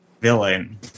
villain